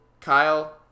Kyle